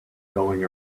going